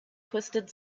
twisted